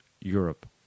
Europe